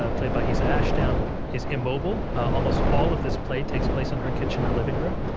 ah played by esa ashdown, is immobile. almost all of this play takes place in her kitchen or living room.